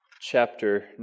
chapter